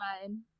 fine